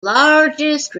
largest